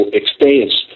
experience